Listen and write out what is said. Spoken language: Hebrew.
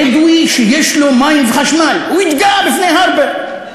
בדואי שיש לו מים וחשמל, הוא התגאה בפני הרפר.